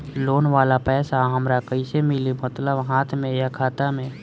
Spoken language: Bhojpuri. लोन वाला पैसा हमरा कइसे मिली मतलब हाथ में या खाता में?